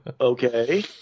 okay